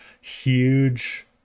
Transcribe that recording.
Huge